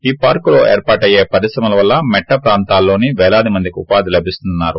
ఈ పార్కులో ఏర్పాటయ్యే పరిశ్రమల వల్ల మెట్ల ప్రాంతాల్లోని వేలాది మందికి ఉపాధి లభిస్తుందన్నారు